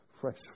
fresh